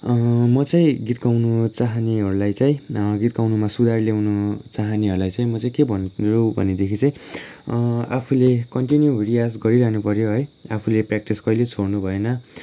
म चाहिँ गीत गाउनु चाहनेहरूलाई चाहिँ गीत गाउनुमा सुधार ल्याउनु चाहनेहरूलाई चाहिँ म चाहिँ के भन्छु भनेदेखि चाहिँ आफूले कन्टिन्यू रियाज गरिरहनु पऱ्यो है आफूले प्र्याक्टिस कहिले छोड्नुभएन